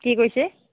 কি কৈছে